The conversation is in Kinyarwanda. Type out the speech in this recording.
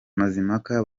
mazimpaka